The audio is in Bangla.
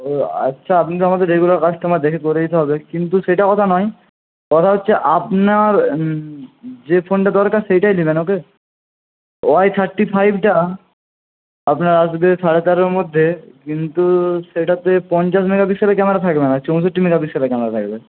ও আচ্ছা আপনি আমাদের রেগুলার কাস্টোমার দেখে করে দিতে হবে কিন্তু সেটা কথা নয় কথা হচ্ছে আপনার যে ফোনটা দরকার সেটাই দেবেন ওকে ওয়াই থার্টি ফাইভটা আপনার আসবে সাড়ে তেরোর মধ্যে কিন্তু সেটাতে পঞ্চাশ মেগা পিক্সেল ক্যামেরা থাকবেনা চৌষট্টি মেগা পিক্সেলের ক্যামেরা থাকবে